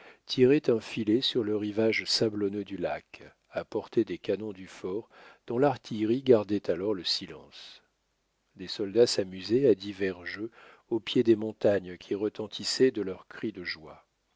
tiraient un filet sur le rivage sablonneux du lac à portée des canons du fort dont l'artillerie gardait alors le silence des soldats s'amusaient à divers jeux au pied des montagnes qui retentissaient de leurs cris de joie